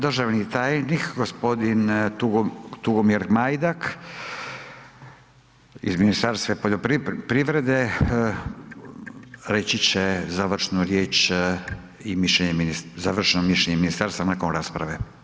Državni tajnik gospodin Tugomir Majdak iz Ministarstva poljoprivrede reći će završnu riječ i mišljenje, završeno mišljenje ministarstva nakon rasprave.